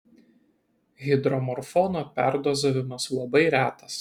hidromorfono perdozavimas labai retas